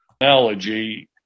...analogy